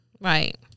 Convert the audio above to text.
Right